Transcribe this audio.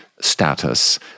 status